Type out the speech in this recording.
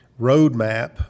roadmap